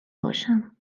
باشم